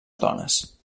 dones